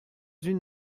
une